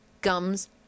gums